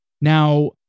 Now